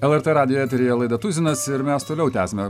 lrt radijo eteryje laida tuzinas ir mes toliau tęsiame